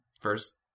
first